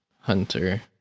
Hunter